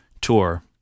tour